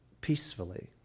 peacefully